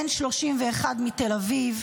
בן 31 מתל אביב.